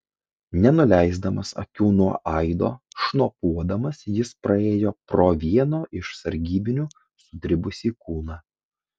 nenuleisdamas akių nuo aido šnopuodamas jis praėjo pro vieno iš sargybinių sudribusį kūną